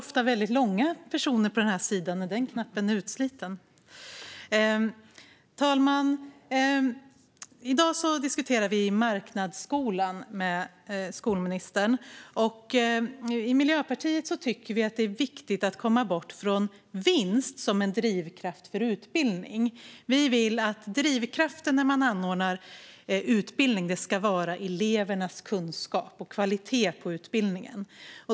Fru talman! I dag diskuterar vi marknadsskolan med skolministern. I Miljöpartiet tycker vi att det är viktigt att komma bort från vinst som en drivkraft för utbildning. Vi vill att drivkrafter när man anordnar utbildning ska vara elevernas kunskap och kvalitet på utbildningen.